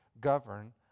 govern